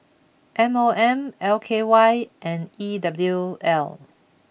M O M L K Y and E W L